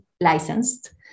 licensed